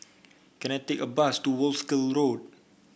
can I take a bus to Wolskel Road